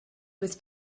with